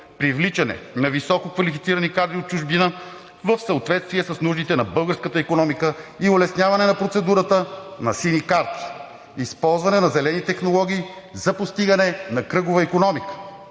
привличане на висококвалифицирани кадри от чужбина в съответствие с нуждите на българската икономика и улесняване на процедурата за Сини карти; използване на зелените технологии за постигане на кръгова икономика;